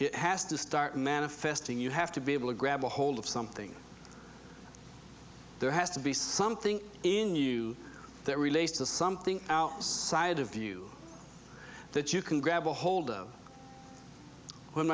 it has to start manifesting you have to be able to grab a hold of something there has to be something in you that relates to something outside of you that you can grab a hold of when